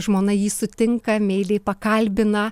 žmona jį sutinka meiliai pakalbina